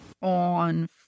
On